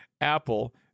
Apple